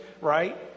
right